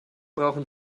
brauchen